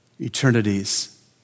Eternities